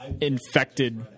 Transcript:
infected